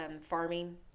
Farming